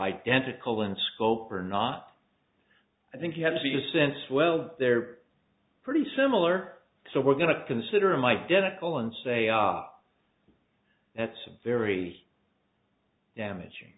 identical in scope or not i think you have to be since well they're pretty similar so we're going to consider him identical and say that's a very damaging